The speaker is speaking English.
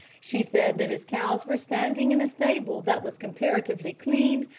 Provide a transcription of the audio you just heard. she said that his cows were standing in a stable that was comparatively clean,